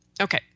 okay